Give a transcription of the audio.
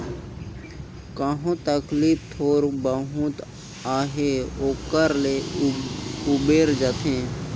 कहो तकलीफ थोर बहुत अहे ओकर ले उबेर जाथे